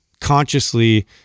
consciously